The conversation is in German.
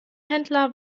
händler